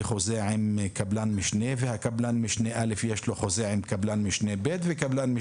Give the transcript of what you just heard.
חוזה עם קבלן-משנה שי שלו חוזה עם קבלת-משנה ב' וכולי.